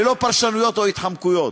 ללא פרשנויות או התחמקויות.